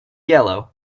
yellow